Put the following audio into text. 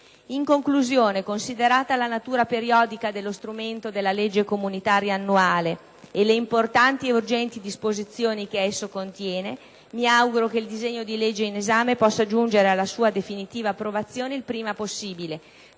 In conclusione, considerata la natura periodica dello strumento della Legge comunitaria annuale e le importanti ed urgenti disposizioni che esso contiene, mi auguro che il disegno di legge in esame possa giungere alla sua definitiva approvazione il prima possibile,